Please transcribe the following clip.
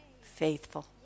faithful